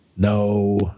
No